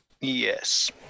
Yes